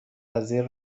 وزیر